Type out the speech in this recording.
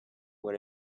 what